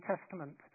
Testament